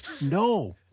No